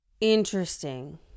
Interesting